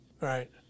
Right